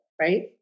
right